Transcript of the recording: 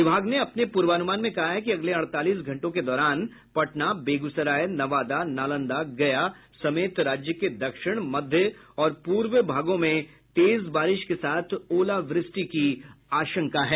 विभाग ने अपने पूर्वानुमान में कहा है कि अगले अड़तालीस घंटों के दौरान पटना बेगूसराय नवादा नालंदा गया समेत राज्य के दक्षिण मध्य और पूर्व भागों में तेज बारिश के साथ ओलावृष्टि की आशंका है